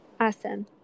Awesome